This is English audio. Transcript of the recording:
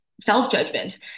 self-judgment